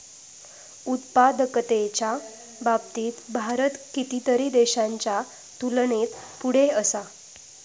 उत्पादकतेच्या बाबतीत भारत कितीतरी देशांच्या तुलनेत पुढे असा